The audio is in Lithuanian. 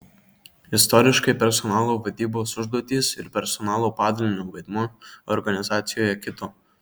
istoriškai personalo vadybos užduotys ir personalo padalinio vaidmuo organizacijoje kito